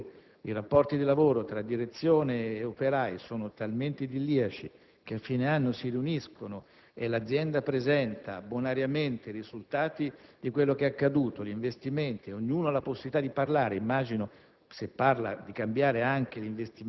il paradiso terrestre, dove i rapporti di lavoro tra direzione e operai sono talmente idilliaci che essi a fine anno si riuniscono, l'azienda presenta bonariamente i risultati conseguiti, gli investimenti e ognuno ha la possibilità di parlare (e immagino,